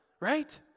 right